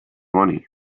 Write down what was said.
money